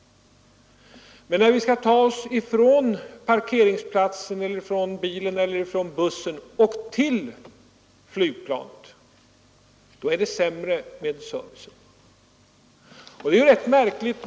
Men när vi skall ta oss från parkeringsplatsen, från bilen eller från bussen och till flygplanet, då är det sämre med servicen.